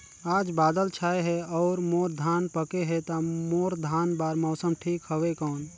आज बादल छाय हे अउर मोर धान पके हे ता मोर धान बार मौसम ठीक हवय कौन?